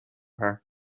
her